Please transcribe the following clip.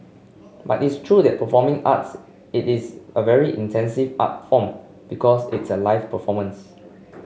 but it's true that performing arts it is a very intensive art form because it's a live performance